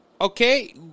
okay